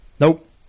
Nope